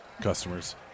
customers